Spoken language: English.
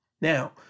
Now